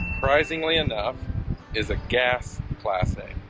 surprisingly enough is a gas class a.